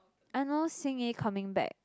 I know Xin-Yi coming back